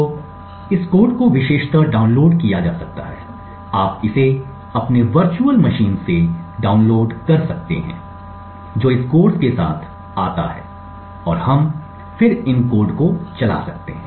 तो इस कोड को विशेषत डाउनलोड किया जा सकता है आप इसे अपने वर्चुअल मशीन से डाउनलोड कर सकते हैं जो इस कोर्स के साथ आता है और हम फिर इन कोड को चला सकते हैं